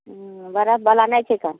हूँ बरफ बाला नहि छिकनि